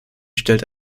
stellt